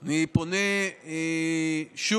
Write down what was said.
אני פונה שוב